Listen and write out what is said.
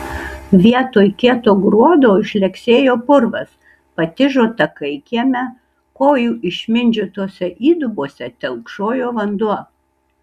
vietoj kieto gruodo žlegsėjo purvas patižo takai kieme kojų išmindžiotose įdubose telkšojo vanduo